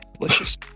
delicious